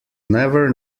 never